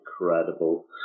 incredible